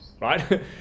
right